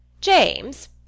James